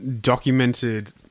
documented